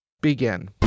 begin